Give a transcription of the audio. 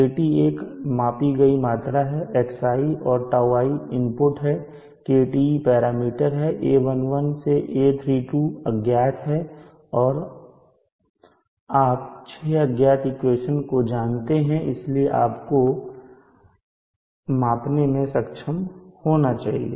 KT एक मापी गई मात्रा है xi और τi इनपुट है KTe पैरामीटर है a11 से a32 अज्ञात हैं आप 6 अज्ञात 6 इक्वेशन को जानते हैं इसलिए आपको मापने में सक्षम होना चाहिए